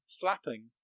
flapping